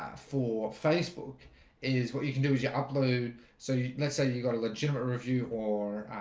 ah for facebook is what you can do is your upload so you let's say you've got a legitimate review or